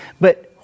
but-